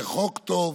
זה חוק טוב,